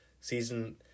season